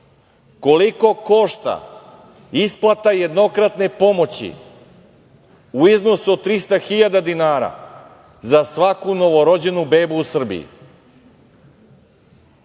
koliko košta isplata jednokratne pomoći u iznosu od 300 hiljada dinara za svaku novorođenu bebu u Srbiji.